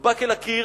נדבק אל הקיר